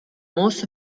most